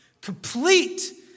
Complete